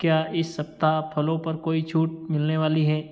क्या इस सप्ताह फलों पर कोई छूट मिलने वाली है